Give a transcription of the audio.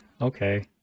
okay